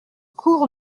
cours